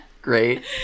great